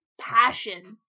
passion